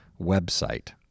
website